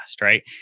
right